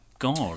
God